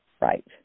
Right